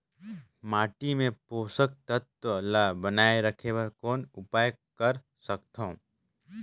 माटी मे पोषक तत्व ल बनाय राखे बर कौन उपाय कर सकथव?